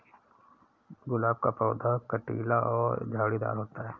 गुलाब का पौधा कटीला और झाड़ीदार होता है